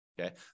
Okay